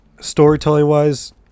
Storytelling-wise